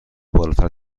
بالاتر